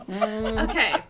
Okay